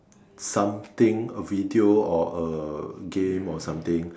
something a video or a game or something